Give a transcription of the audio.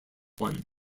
one